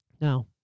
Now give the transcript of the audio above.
Now